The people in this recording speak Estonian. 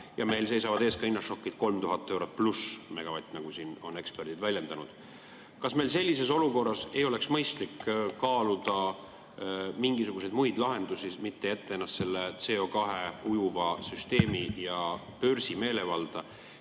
ja meil seisavad ees ka hinnašokid, 3000+ eurot megavatt[-tunni kohta], nagu siin on eksperdid väljendanud. Kas meil sellises olukorras ei oleks mõistlik kaaluda mingisuguseid muid lahendusi, mitte jätta ennast selle CO2ujuva süsteemi ja börsi meelevalda,